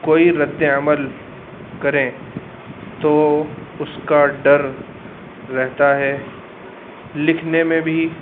کوئی رد عمل کریں تو اس کا ڈر رہتا ہے لکھنے میں بھی